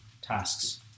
tasks